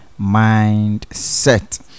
mindset